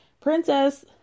Princess